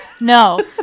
No